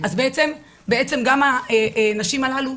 אז בעצם גם הנשים הללו,